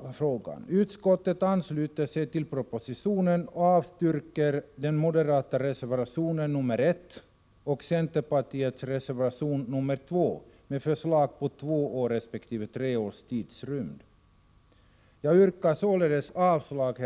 — 17 april 1985 Utskottet ansluter sig till propositionen och avstyrker den moderata reservationen nr 1 och centerpartiets och folkpartiets reservation nr 2 med förslag — Kyulturarbetarnas om en tidsgräns på två resp. tre år. Jag yrkar således avslag på